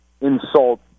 insult